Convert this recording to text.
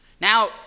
Now